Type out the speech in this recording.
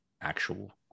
actual